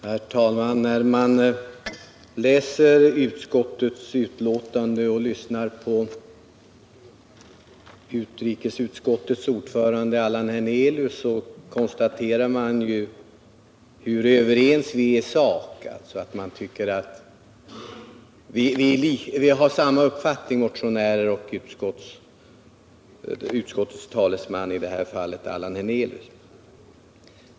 Herr talman! När man läser utskottets betänkande och lyssnar på utrikesutskottets ordförande Allan Hernelius konstaterar man hur överens i sak vi motionärer och utrikesutskottets ordförande är i detta fall.